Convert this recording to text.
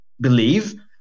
believe